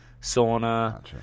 sauna